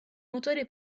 motore